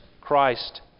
Christ